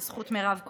בזכות מירב כהן,